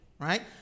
right